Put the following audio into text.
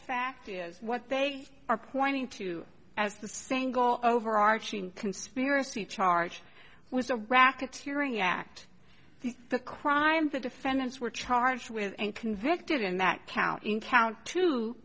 fact is what they are pointing to as the single overarching conspiracy charge was a racketeering act the crime the defendants were charged with and convicted in that count in count t